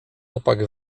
opak